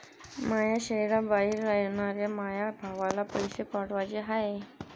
माया शैहराबाहेर रायनाऱ्या माया भावाला पैसे पाठवाचे हाय